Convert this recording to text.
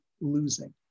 losing